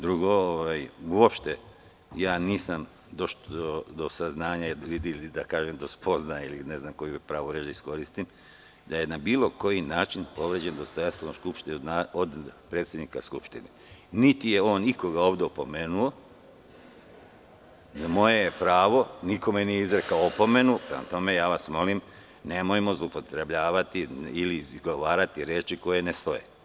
Drugo, uopšte nisam došao do saznanja ili spoznaje ili ne znam koju reč da iskoristim, da je na bilo koji način povređeno dostojanstvo Skupštine od predsednika Skupštine, niti je on ovde ikoga ovde opomenuo, a moje je pravo, nikome nije izrekao opomenu, i ja vas molim, nemojmo zloupotrebljavati ili izgovarati reči koje ne stoje.